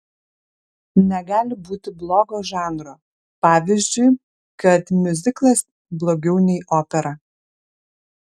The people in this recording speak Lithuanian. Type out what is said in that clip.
negali būti blogo žanro pavyzdžiui kad miuziklas blogiau nei opera